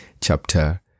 chapter